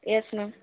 yes ma'am